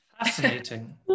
fascinating